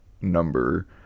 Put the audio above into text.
number